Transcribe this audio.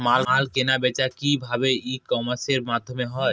মাল কেনাবেচা কি ভাবে ই কমার্সের মাধ্যমে হয়?